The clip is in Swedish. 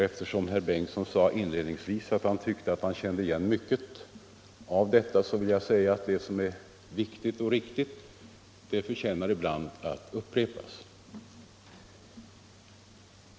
Eftersom herr Bengtsson inledningsvis anförde att han kände igen mycket av detta vill jag säga att det som är viktigt och riktigt förtjänar att upprepas ibland.